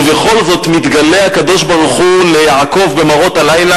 ובכל זאת מתגלה הקדוש-ברוך-הוא ליעקב במראות הלילה